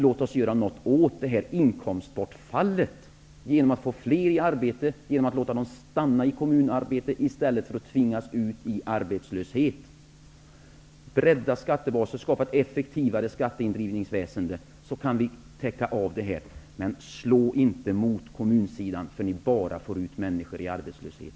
Låt oss göra något åt detta inkomstbortfall genom att få fler i arbete, och genom att låta människor stanna kvar i arbete i kommunerna i stället för att tvingas ut i arbetslöshet. Rädda skattebasen, och skapa ett effektivare skatteindrivningsväsende. Då kan vi täcka upp detta. Men slå inte mot kommunerna. Ni kör bara ut människor i arbetslöshet.